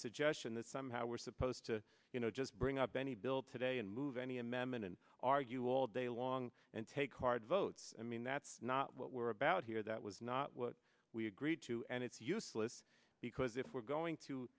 suggestion that somehow we're supposed to you know just bring up any bill today and move any amendment and argue all day long and take hard votes i mean that's not what we're about here the it was not what we agreed to and it's useless because if we're going to